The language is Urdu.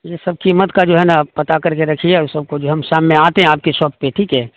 یہ سب کیمت کا جو ہے نا پتہ کر کے رکھیے ا او سب کو جو ہے ہم شام میں آتے ہیں آپ کے شاپ پہ ٹھیک ہے